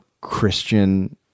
christian